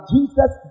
Jesus